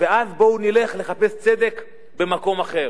ואז, בואו ונלך לחפש צדק במקום אחר,